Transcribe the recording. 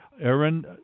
Aaron